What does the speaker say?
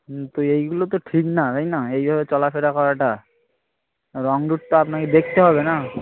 হুঁ তো এইগুলো তো ঠিক না তাই না এইভাবে চলাফেরা করাটা রং রুটটা আপনাকে দেখতে হবে না